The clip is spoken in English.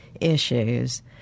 issues